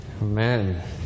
Amen